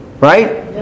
Right